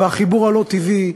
והחיבור הלא-טבעי,